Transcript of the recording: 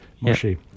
mushy